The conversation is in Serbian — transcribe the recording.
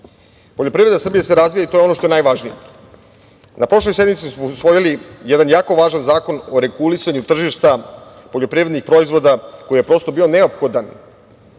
Poljoprivreda Srbije se razvija i to je ono što je najvažnije. Na prošloj sednici smo usvojili jedan jako važan Zakon o regulisanju tržišta poljoprivrednih proizvoda, koji je prosto bio neophodan